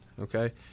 okay